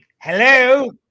Hello